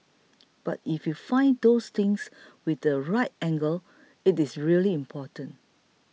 but if you find those things with the right angle it's really important